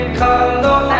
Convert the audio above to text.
color